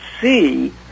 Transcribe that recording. see